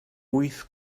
wyth